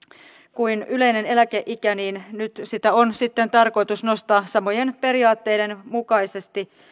kuin yleinen eläkeikä niin nyt sitä on sitten tarkoitus nostaa samojen periaatteiden mukaisesti